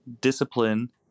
discipline